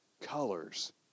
colors